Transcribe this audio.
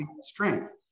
strength